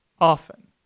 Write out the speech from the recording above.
Often